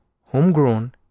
homegrown